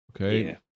Okay